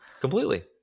Completely